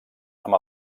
amb